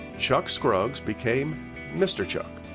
chuck scruggs became mr. chuck.